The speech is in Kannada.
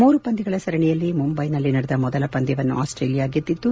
ಮೂರು ಪಂದ್ಯಗಳ ಸರಣಿಯಲ್ಲಿ ಮುಂಬೈನಲ್ಲಿ ನಡೆದ ಮೊದಲ ಪಂದ್ಯವನ್ನು ಆಸ್ಟೇಲಿಯಾ ಗೆದ್ದಿದ್ದು